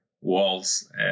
walls